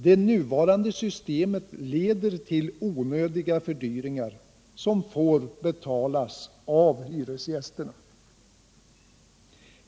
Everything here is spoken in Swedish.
Det nuvarande systemet leder till onödiga fördyringar, som får betalas av hyresgästerna.